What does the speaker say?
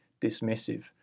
dismissive